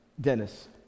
Dennis